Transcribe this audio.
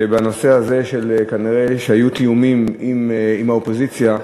שבנושא הזה כנראה היו תיאומים עם האופוזיציה.